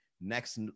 next